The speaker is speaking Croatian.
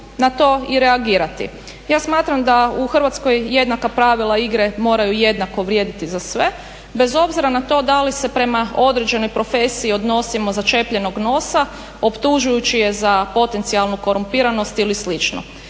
na to i reagirati. Ja smatram da u Hrvatskoj jednaka pravila igre moraju jednako vrijediti na to, bez obzira na to da li se prema određenoj profesiji odnosimo začepljenog nosa, optužujući je za potencijalnu korumpiranost ili